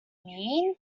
mean